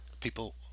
people